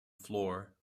floor